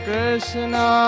Krishna